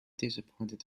disappointed